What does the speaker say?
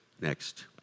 Next